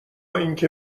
اینکه